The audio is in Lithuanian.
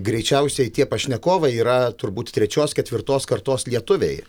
greičiausiai tie pašnekovai yra turbūt trečios ketvirtos kartos lietuviai